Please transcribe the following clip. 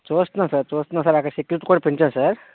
చూస్తున్నాం సార్ చూస్తున్నాం సార్ అక్కడ సెక్యూరిటీ కూడా పెంచాము సార్